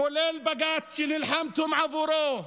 כולל בג"ץ, שנלחמתם עבורו,